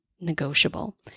negotiable